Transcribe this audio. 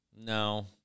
No